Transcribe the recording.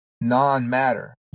non-matter